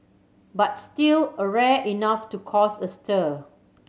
but still a rare enough to cause a stir